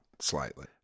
slightly